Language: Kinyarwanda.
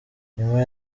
nyuma